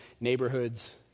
neighborhoods